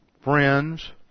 friends